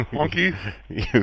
monkey